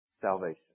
salvation